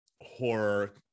horror